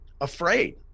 afraid